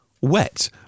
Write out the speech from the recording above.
wet